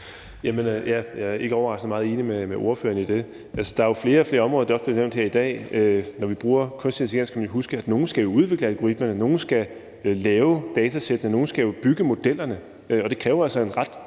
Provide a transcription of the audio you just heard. Jeg er ikke overraskende meget enig med ordføreren i det. Der er jo flere og flere områder, og det er også det, der bliver nævnt her i dag. Når vi bruger kunstig intelligens, skal man kan huske, at nogle jo skal udvikle algoritmerne. Nogle skal lave datasættene. Nogle skal bygge modellerne. Og det kræver altså en ret